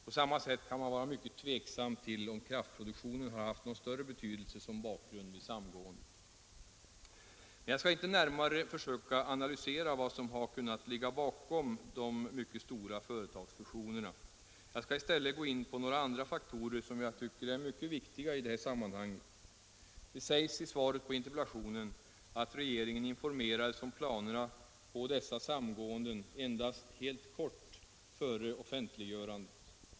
På samma sätt kan man vara mycket tveksam till om kraftproduktionen har haft någon större betydelse som bakgrund vid samgåendet. Men jag skall inte närmare försöka analysera vad som har kunnat ligga bakom dessa mycket stora företagsfusioner. Jag skall i stället gå in på några andra faktorer som jag tycker är mycket viktiga i det här sammanhanget. Det sägs i svaret på interpellationen att regeringen informerades om planerna på dessa samgåenden endast helt kort före offentliggörandet.